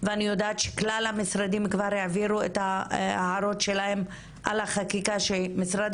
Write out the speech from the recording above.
ואני יודעת שכלל המשרדים כבר העבירו את ההערות שלהם על החקיקה שמשרד